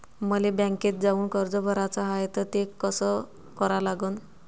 मले बँकेत जाऊन कर्ज भराच हाय त ते कस करा लागन?